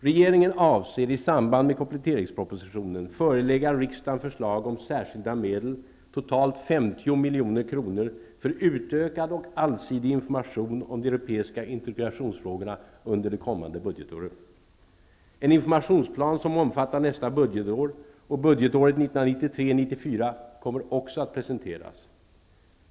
Regeringen avser i samband med kompletteringspropositionen förelägga riksdagen förslag om särskilda medel, totalt 50 milj.kr., för utökad och allsidig information om de europeiska integrationsfrågorna under det kommande budgetåret. En informationsplan, som omfattar nästa budgetår och budgetåret 1993/94, kommer också att presenteras.